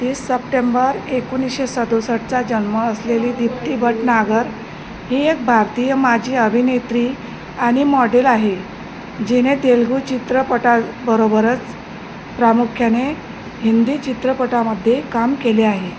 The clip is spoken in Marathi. तीस सप्टेंबर एकोणीशे सदुसष्टचा जन्म असलेली दिप्ती भटनागर ही एक भारतीय माजी अभिनेत्री आणि मॉडेल आहे जिने तेलगू चित्रपटाबरोबरच प्रामुख्याने हिंदी चित्रपटामध्ये काम केले आहे